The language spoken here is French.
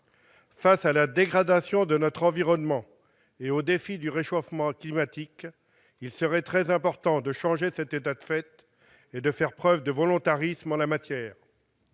Face à la dégradation de notre environnement et au défi du réchauffement climatique, il serait très important de changer cet état de fait et de faire preuve de volontarisme en la matière.